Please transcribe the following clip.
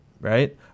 right